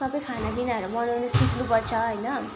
सबै खानापिनाहरू बनाउनु सिक्नुपर्छ होइन